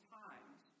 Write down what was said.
times